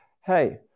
Hey